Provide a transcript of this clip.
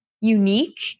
unique